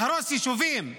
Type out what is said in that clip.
להרוס יישובים,